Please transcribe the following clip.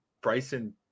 Bryson